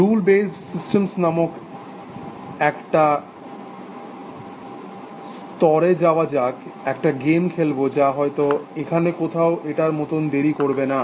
rule based system নামক একটা ক্ষেত্রে যাওয়া যাক একটা গেম খেলব যা হয়ত এখানে কোথাও এটার মতন দেরি করবে না